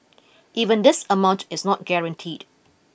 even this amount is not guaranteed